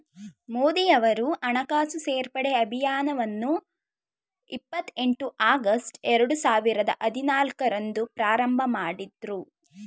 ಮೋದಿಯವರು ಹಣಕಾಸು ಸೇರ್ಪಡೆ ಅಭಿಯಾನವನ್ನು ಇಪ್ಪತ್ ಎಂಟು ಆಗಸ್ಟ್ ಎರಡು ಸಾವಿರದ ಹದಿನಾಲ್ಕು ರಂದು ಪ್ರಾರಂಭಮಾಡಿದ್ರು